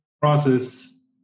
process